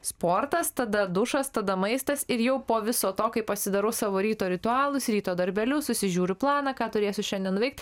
sportas tada dušas tada maistas ir jau po viso to kai pasidarau savo ryto ritualus ryto darbelius susižiūriu planą ką turėsiu šiandien nuveikt